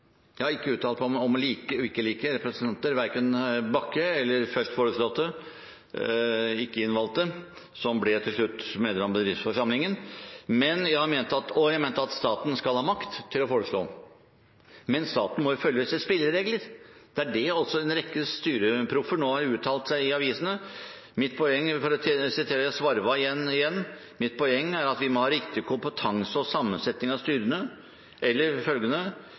Jeg har ikke uttalt meg om å like eller ikke like representanter, verken Bakke eller den først foreslåtte, ikke innvalgte, som til slutt ble medlem av bedriftsforsamlingen. Jeg mener at staten skal ha makt til å foreslå. Men staten må følge visse spilleregler. Det er det en rekke styreproffer nå har uttalt seg i avisene om. Mitt poeng er, for å sitere Svarva igjen: «Mitt poeng er at vi må ha riktig kompetanse og sammensetning av styrene» Eller følgende: